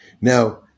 Now